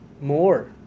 more